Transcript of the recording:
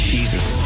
Jesus